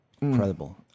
incredible